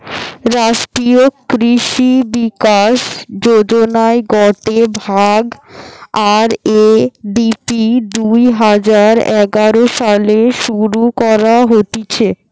রাষ্ট্রীয় কৃষি বিকাশ যোজনার গটে ভাগ, আর.এ.ডি.পি দুই হাজার এগারো সালে শুরু করা হতিছে